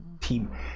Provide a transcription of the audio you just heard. team